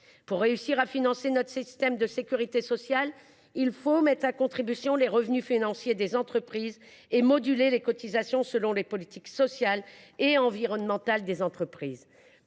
Pour réussir à financer notre système de sécurité sociale, il faut mettre à contribution les revenus financiers des entreprises et moduler leurs cotisations selon les politiques sociales et environnementales qu’elles